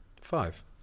five